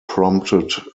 prompted